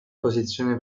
posizione